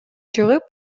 чыгып